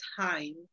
time